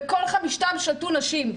בכל חמישתם שלטו נשים,